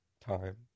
time